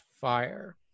fire